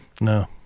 no